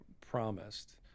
promised